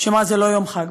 שזה לא יום חג.